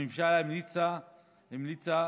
הממשלה המליצה